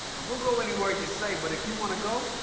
and we'll go anywhere you say. but if you want to go,